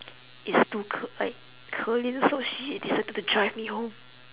it's too 可 like 可怜 so she decided to drive me home